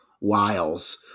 wiles